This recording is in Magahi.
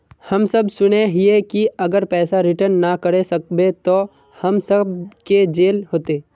हम सब सुनैय हिये की अगर पैसा रिटर्न ना करे सकबे तो हम सब के जेल होते?